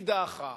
היא דעכה,